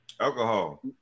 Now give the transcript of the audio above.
Alcohol